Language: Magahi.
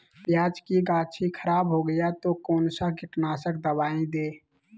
प्याज की गाछी खराब हो गया तो कौन सा कीटनाशक दवाएं दे?